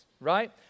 Right